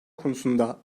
konusunda